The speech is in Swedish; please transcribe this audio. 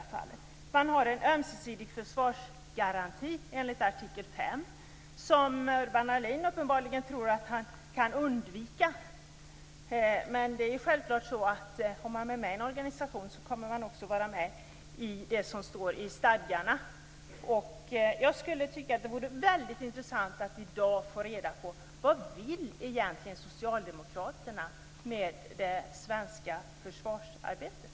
I Nato har man också en ömsesidig försvarsgaranti enligt artikel 5, som Urban Ahlin uppenbarligen tror att han kan undvika. Men om man är med i en organisation är man självfallet också med på det som står i stadgarna. Jag skulle tycka att det vore väldigt intressant att i dag få reda på vad socialdemokraterna egentligen vill med det svenska försvarsarbetet.